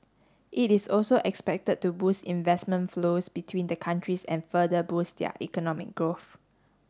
it is also expected to boost investment flows between the countries and further boost their economic growth